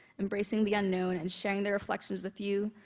embracing the unknown and sharing their reflections with you,